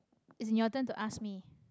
as in your turn to ask me